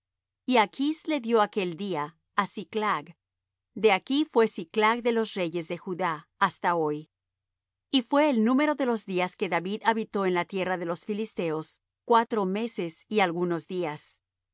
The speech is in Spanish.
y achs le dió aquel día á siclag de aquí fué siclag de los reyes de judá hasta hoy y fué el número de los días que david habitó en la tierra de los filisteos cuatro meses y algunos días